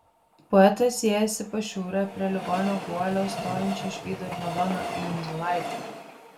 poetas įėjęs į pašiūrę prie ligonio guolio stovinčią išvydo ir madoną jundzilaitę